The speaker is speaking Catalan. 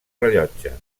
rellotge